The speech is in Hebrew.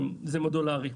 זה מודולרי,